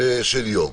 של יום.